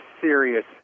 serious